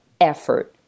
effort